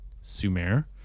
Sumer